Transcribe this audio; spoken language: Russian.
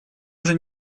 уже